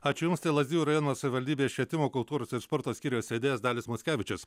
ačiū jums tai lazdijų rajono savivaldybės švietimo kultūros ir sporto skyriaus vedėjas dalius mockevičius